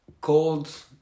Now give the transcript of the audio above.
Cold